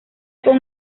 con